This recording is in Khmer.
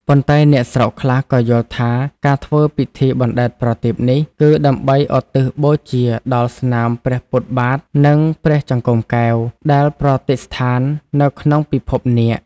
ប៉ុន្តែ អ្នកស្រុកខ្លះក៏យល់ថា ការធ្វើពិធីបណ្ដែតប្រទីបនេះ គឺដើម្បីឧទ្ទិសបូជាដល់ស្នាមព្រះពុទ្ធបាទ និងព្រះចង្កូមកែវ ដែលប្រតិស្ថាននៅក្នុងពិភពនាគ។